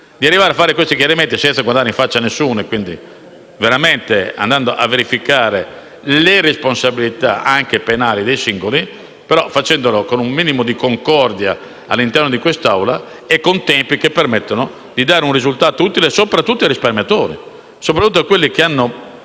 di arrivare a fare questi chiarimenti, senza guardare in faccia a nessuno e, quindi, andando davvero a verificare le responsabilità, anche penali, dei singoli, ma facendolo con un minimo di concordia all'interno dell'Assemblea e con tempi che consentano un risultato utile soprattutto ai risparmiatori, ovvero a coloro che hanno